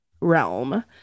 realm